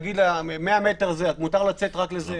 למשל, הגבלה ל-100 מטר או שמותר לצאת רק לזה,